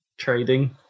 Trading